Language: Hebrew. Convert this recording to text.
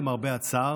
למרבה הצער,